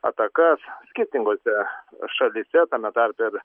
atakas skirtingose šalyse tame tarpe ir